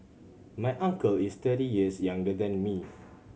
my uncle is thirty years younger than me